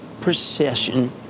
procession